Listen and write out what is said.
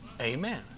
Amen